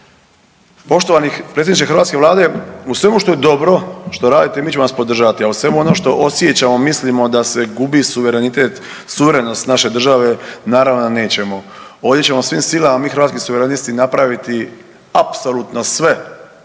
Poštovani predsjedniče hrvatske Vlade, u svemu što je dobro što radit, mi ćemo vas podržati a u svemu onom što osjećamo, mislimo da se gubi suverenitet, suverenost naše države, naravno da nećemo. Ovdje ćemo svim silama mi Hrvatski suverenisti napraviti apsolutno sve,